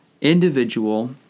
individual